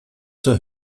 zur